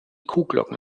kuhglocken